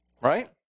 Right